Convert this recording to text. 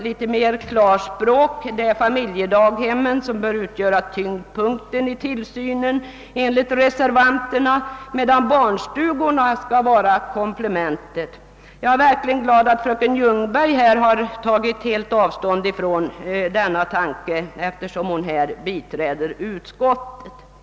Där är det enligt reservanterna familjedaghemmen som bör vara tyngdpunkten i tillsynen, medan barnstugorna skall vara komplementet. Jag är glad för att fröken Ljungberg tog avstånd från den tanken, när hon nyss biträdde utskottets hemställan.